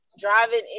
driving